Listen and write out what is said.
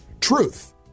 truth